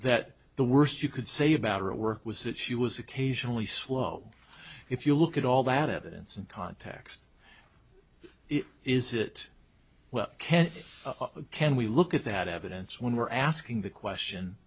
that the worst you could say about her work was that she was occasionally slow if you look at all that evidence and context is it well can can we look at that evidence when we're asking the question